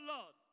Lord